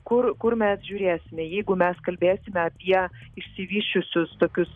kur kur mes žiūrėsime jeigu mes kalbėsime apie išsivysčiusius tokius